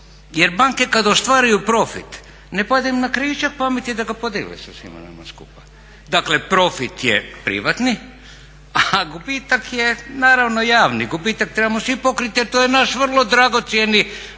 jer banke kad ostvaruju profit ne pada im na krajičak pameti da ga podijele sa svima nama skupa. Dakle profit je privatni, a gubitak je naravno javni, gubitak trebamo svi pokriti jer to je naš vrlo dragocjeni